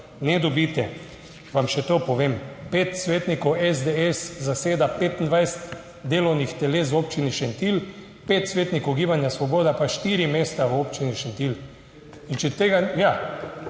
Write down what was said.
ne dobite, vam še to povem: pet svetnikov SDS zaseda 25 delovnih teles v občini Šentilj, pet svetnikov Gibanja Svoboda pa štiri mesta v Občini Šentilj. In če tega... /